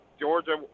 Georgia